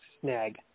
snag